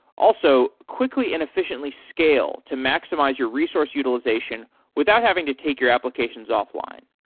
also, quickly and efficiently scale to maximize your resource utilization without having to take your applications off-line.